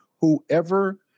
whoever